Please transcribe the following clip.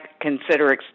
consider